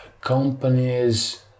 companies